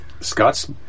Scott's